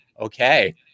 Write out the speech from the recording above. Okay